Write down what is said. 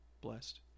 blessed